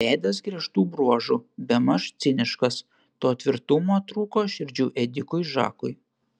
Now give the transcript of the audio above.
veidas griežtų bruožų bemaž ciniškas to tvirtumo trūko širdžių ėdikui žakui